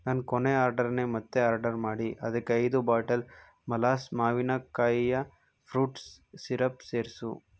ನನ್ನ ಕೊನೆ ಆರ್ಡರನ್ನೇ ಮತ್ತೆ ಆರ್ಡರ್ ಮಾಡಿ ಅದಕ್ಕೆ ಐದು ಬಾಟಲ್ ಮಲಾಸ್ ಮಾವಿನ ಕಾಯಿಯ ಫ್ರೂಟ್ ಸಿರಪ್ ಸೇರಿಸು